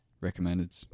recommended